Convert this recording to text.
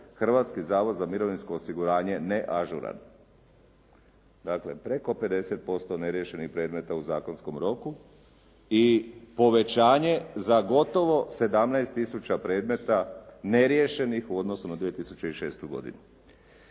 Hrvatski zavod za mirovinsko osiguranje neažuran. Dakle, preko 50% neriješenih predmeta u zakonskom roku i povećanje za gotovo 17000 predmeta neriješenih u odnosu na 2006. godinu.